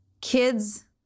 kids